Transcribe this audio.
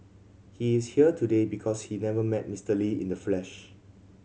he is here today because he never met Mister Lee in the flesh